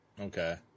Okay